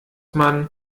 man